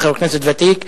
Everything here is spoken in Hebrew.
אתה חבר כנסת ותיק,